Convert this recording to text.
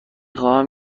خواهم